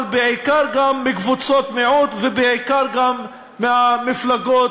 אבל בעיקר מקבוצות מיעוט ובעיקר מהמפלגות,